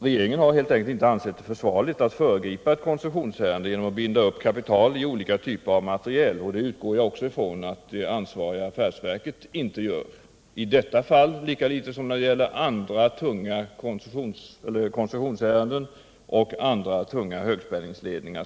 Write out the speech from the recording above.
Regeringen har helt enkelt inte ansett det försvarligt att föregripa ett koncessionsärende genom att binda kapital i olika typer av materiel. Jag utgår också ifrån att inte heller det ansvariga affärsverket gör det, i detta fall lika litet som när det gäller andra aktuella tunga koncessionsärenden och högspänningsledningar.